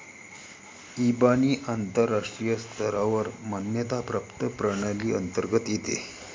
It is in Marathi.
इबानी आंतरराष्ट्रीय स्तरावर मान्यता प्राप्त प्रणाली अंतर्गत येते